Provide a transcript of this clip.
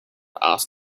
asked